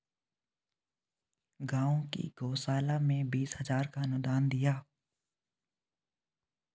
गांव की गौशाला में बीस हजार का अनुदान दिया